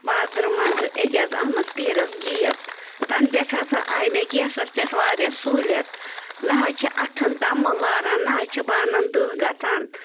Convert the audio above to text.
بازرٕ منٛزٕ اعجاز احمد پیٖرَس گیس تَنہٕ پٮ۪ٹھ ہسا آے مےٚ گیسَس پٮ۪ٹھ واریاہ سہوٗلیت نَہ حظ چھِ اَتھَن تَمُن لاران نَہ حظ چھِ بانَن دٕہ گژھان